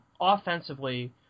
offensively